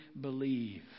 believe